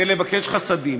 כדי לבקש חסדים.